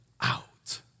out